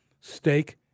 Steak